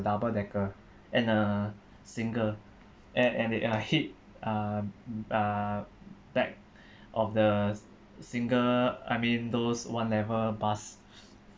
double decker and a single and and it and it hit uh uh back of the single I mean those one level bus